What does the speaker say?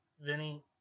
Vinny